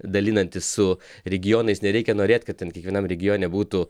dalinantis su regionais nereikia norėt kad ten kiekvienam regione būtų